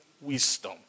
wisdom